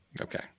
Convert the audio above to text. Okay